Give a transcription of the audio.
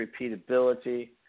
repeatability